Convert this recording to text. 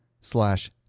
slash